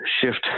shift